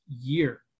year